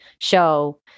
show